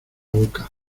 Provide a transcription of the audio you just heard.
boca